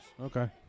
Okay